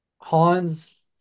Hans